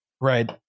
Right